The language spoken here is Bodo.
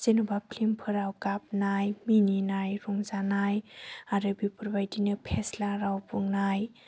जेन'बा फिल्मफोराव गाबनाय मिनिनाय रंजानाय आरो बेफोरबायदिनो फेस्ला राव बुंनाय